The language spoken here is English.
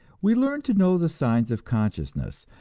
we learn to know the signs of consciousness,